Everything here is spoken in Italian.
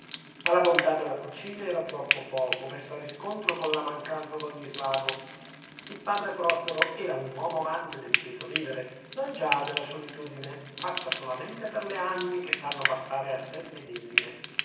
ma la bontà della cucina era troppo poco messa a riscontro con la mancanza d'ogni svago il padre prospero era un uomo amante del quieto vivere non già della solitudine fatta solamente per le anime che sanno bastare a sè medesime